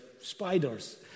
spiders